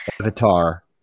avatar